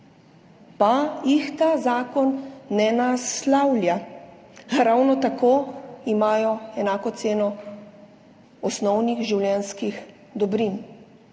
Kopru, ta zakon ne naslavlja. Ravno tako imajo enako ceno osnovnih življenjskih dobrin,